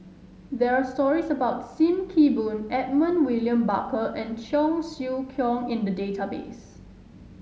there are stories about Sim Kee Boon Edmund William Barker and Cheong Siew Keong in the database